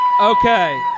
Okay